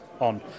on